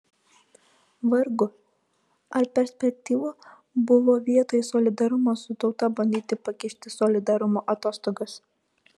vargu ar perspektyvu buvo vietoj solidarumo su tauta bandyti pakišti solidarumo atostogas